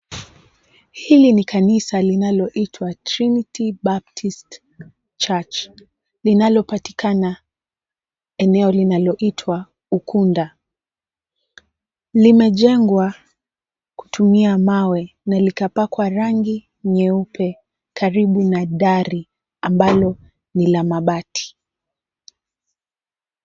Hili ni kanisa linaloitwa, Trinity Baptist Church, linalopatikana eneo linaloitwa Ukunda. Limejengwa kutumia mawe na likapakwa rangi nyeupe karibu na dari ambalo ni la mabati.